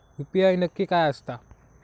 UPI नक्की काय आसता?